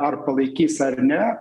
ar palaikys ar ne